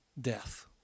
death